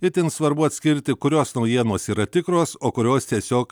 itin svarbu atskirti kurios naujienos yra tikros o kurios tiesiog